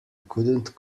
couldn’t